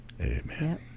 Amen